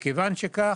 מכיוון שכך,